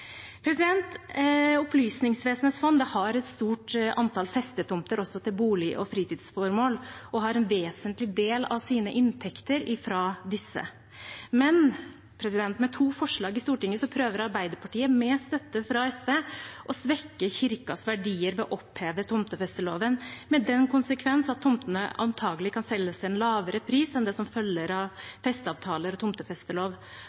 har også et stort antall festetomter til bolig- og fritidsformål og har en vesentlig del av sine inntekter fra disse. Men med to forslag i Stortinget prøver Arbeiderpartiet med støtte fra SV å svekke kirkens verdier ved å oppheve tomtefesteloven – med den konsekvens at tomtene antagelig kan selges til en lavere pris enn den som følger